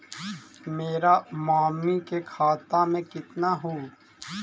मेरा मामी के खाता में कितना हूउ?